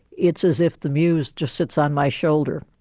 it's as if the muse just sits on my shoulder,